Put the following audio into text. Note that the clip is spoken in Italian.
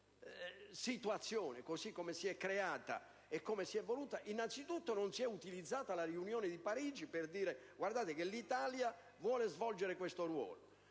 questa situazione così come si è creata e come si è evoluta, innanzitutto non si è utilizzata la riunione di Parigi per dire che l'Italia voleva svolgere un suo ruolo